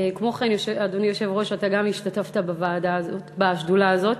אדוני היושב-ראש, גם אתה השתתפת בשדולה הזאת.